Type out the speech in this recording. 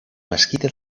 mesquita